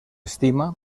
estima